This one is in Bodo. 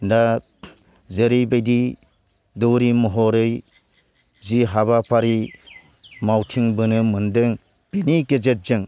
दा जेरैबायदि दौरि महरै जि हाबाफारि मावथिंबोनो मोनदों बिनि गेजेरजों